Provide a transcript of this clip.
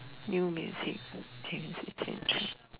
new music you can change